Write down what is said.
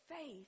faith